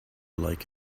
like